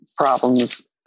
problems